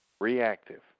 Reactive